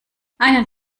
einen